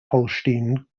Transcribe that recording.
holstein